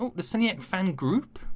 um the sing it fan group.